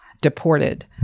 deported